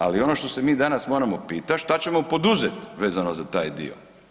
Ali ono što se mi danas moramo pitati, što ćemo poduzeti vezano za taj dio.